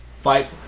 fight